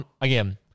Again